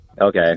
Okay